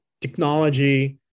technology